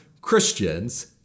Christians